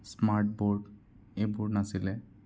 smartboard এইবোৰ নাছিলে